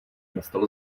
nastal